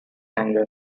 hanger